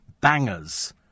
bangers